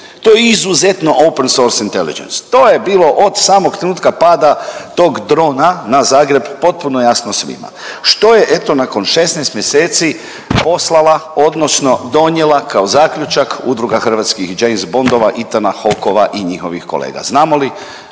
To je izuzetno open source intelligence, to je bilo od samog trenutka pada tog drona na Zagreb potpuno jasno svima. Što je eto nakon 16 mjeseci poslala odnosno donijela kao zaključak udruga hrvatskih James Bondova, Ethan Hawkeova i njihovih kolega? Znamo li